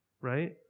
right